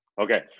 Okay